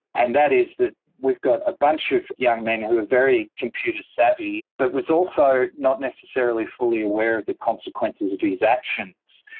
and that is that we've got a bunch of young men who are very computer savvy but was also not necessarily fully aware of the consequences of his actions.